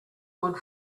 good